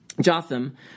Jotham